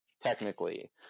technically